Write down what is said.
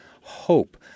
hope